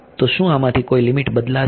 તો શું આમાંથી કોઈ લીમીટ બદલાશે